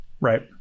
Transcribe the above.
Right